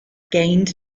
gained